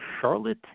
Charlotte